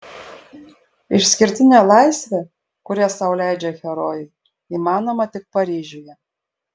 išskirtinė laisvė kurią sau leidžia herojai įmanoma tik paryžiuje